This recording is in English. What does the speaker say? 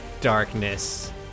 darkness